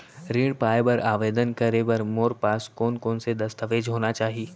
ऋण पाय बर आवेदन करे बर मोर पास कोन कोन से दस्तावेज होना चाही?